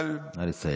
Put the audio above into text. נא לסיים.